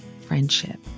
friendship